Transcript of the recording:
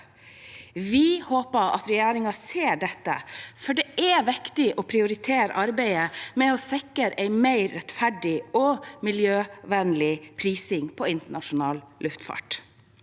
Vi håper regjeringen ser dette, for deter viktig å prioritere arbeidet med å sikre en mer rettferdig og miljøvennlig prising på internasjonal luftfart.